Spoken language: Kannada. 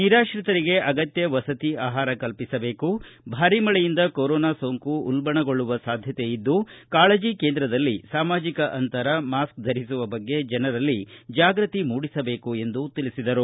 ನಿರಾತ್ರಿತರಿಗೆ ಅಗತ್ತ ವಸತಿ ಆಹಾರವನ್ನು ಕಲ್ಪಿಸಬೇಕು ಭಾರೀ ಮಳೆಯಿಂದ ಕೊರೋನಾ ಸೋಂಕು ಉಲ್ಲಣಗೊಳ್ಳುವ ಸಾಧ್ಯತೆ ಇದ್ದು ಕಾಳಜ ಕೇಂದ್ರದಲ್ಲಿ ಸಾಮಾಜಿಕ ಅಂತರ ಮಾಸ್ಕ್ ಧರಿಸುವ ಬಗ್ಗೆ ಜನರಲ್ಲಿ ಜಾಗೃತಿ ಮೂಡಿಸಬೇಕು ಎಂದು ತಿಳಿಸಿದರು